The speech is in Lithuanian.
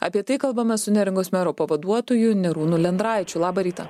apie tai kalbame su neringos mero pavaduotoju arūnu lendraičiu labą rytą